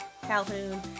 Calhoun